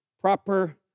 Proper